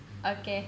okay